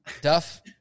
Duff